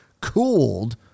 cooled